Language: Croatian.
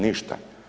Ništa.